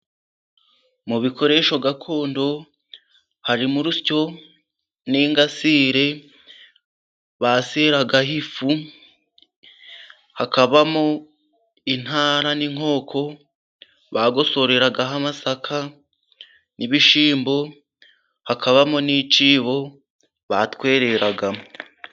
Mu bikoresho gakondo harimo: Urusyo n'ingasire baseragaho ifu， hakabamo intara n'inkoko bagosoreragaho amasaka n'ibishyimbo，hakabamo n'ikibo batwereragamo.